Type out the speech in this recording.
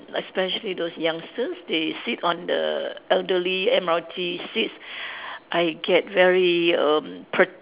especially those youngsters they sit on the elderly M_R_T seats I get very erm pr~